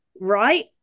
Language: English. right